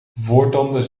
voortanden